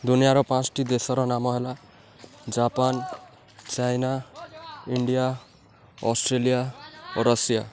ଦୁନିଆର ପାଞ୍ଚଟି ଦେଶର ନାମ ହେଲା Japan China India Australia Russia